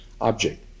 object